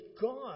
God